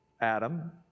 Adam